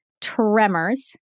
tremors